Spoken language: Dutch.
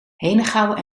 henegouwen